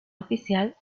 oficial